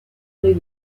deux